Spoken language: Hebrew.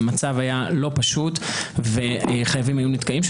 המצב היה לא פשוט וחייבים היו נתקעים.